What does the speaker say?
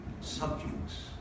subjects